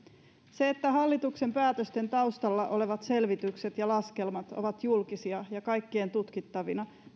se että hallituksen päätösten taustalla olevat selvitykset ja laskelmat ovat julkisia ja kaikkien tutkittavina